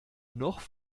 noch